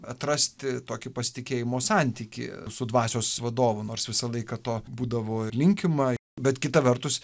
atrasti tokį pasitikėjimo santykį su dvasios vadovu nors visą laiką to būdavo ir linkima bet kita vertus